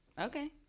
Okay